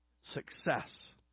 success